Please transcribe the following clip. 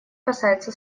касается